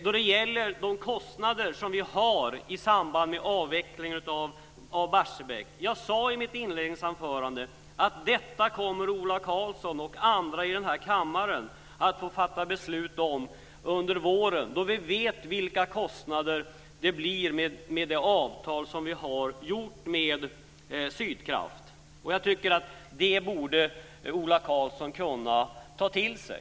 Då det gäller våra kostnader i samband med avvecklingen av Barsebäck sade jag i mitt inledningsanförande att detta kommer Ola Karlsson och andra i den här kammaren att få fatta beslut om under våren, då vi vet vilka kostnader det blir med det avtal som vi har slutit med Sydkraft. Det tycker jag att Ola Karlsson borde kunna ta till sig.